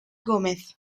gómez